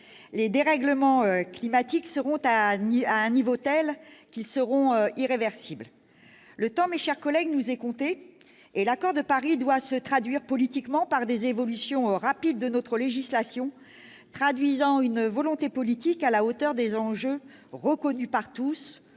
les dérèglements climatiques seront à niveau tel qu'ils seront irréversibles. Mes chers collègues, le temps nous est compté. L'accord de Paris doit se traduire politiquement par des évolutions rapides de notre législation traduisant une volonté politique à la hauteur des enjeux reconnus par tous